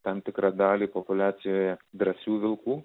tam tikrą dalį populiacijoje drąsių vilkų